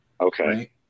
Okay